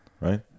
Right